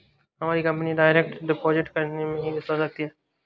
हमारी company direct deposit करने में ही विश्वास रखती है